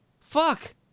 fuck